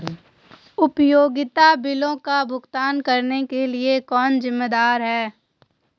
उपयोगिता बिलों का भुगतान करने के लिए कौन जिम्मेदार है?